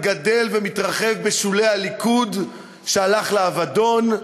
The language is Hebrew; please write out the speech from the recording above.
גדל ומתרחב בשולי הליכוד שהלך לאבדון,